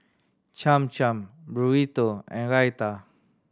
Cham Cham Burrito and Raita